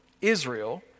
Israel